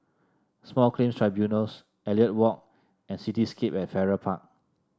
Small Claims Tribunals Elliot Walk and Cityscape at Farrer Park